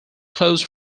close